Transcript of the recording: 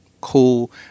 cool